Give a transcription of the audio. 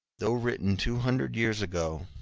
though written two hundred years ago,